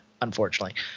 unfortunately